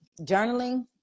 journaling